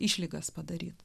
išlygas padaryti